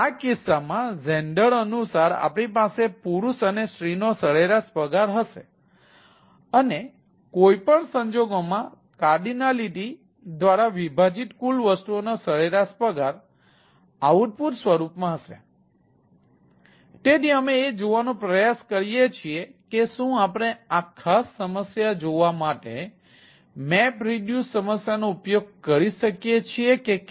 આ કિસ્સામાં gender અનુસાર આપણી પાસે પુરુષ અને સ્ત્રીનો સરેરાશ પગાર હશે અને કોઈપણ સંજોગોમાં કાર્ડિનિટી સમસ્યાનો ઉપયોગ કરી શકીએ છીએ કે કેમ